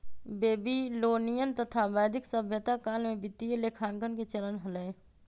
Babylonian तथा वैदिक सभ्यता काल में वित्तीय लेखांकन के चलन हलय